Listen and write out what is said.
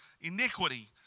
iniquity